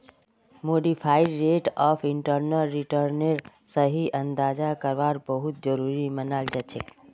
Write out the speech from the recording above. modified rate of internal रिटर्नेर सही अंदाजा करवा बहुत जरूरी मनाल जाछेक